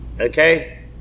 Okay